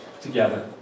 together